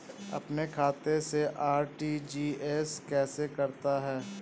अपने खाते से आर.टी.जी.एस कैसे करते हैं?